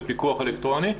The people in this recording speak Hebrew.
בפיקוח אלקטרוני,